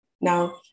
Now